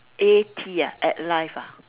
A T ah at life ah